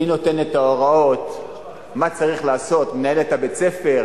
מי נותן את ההוראות מה צריך לעשות: מנהלת בית-הספר?